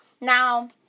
Now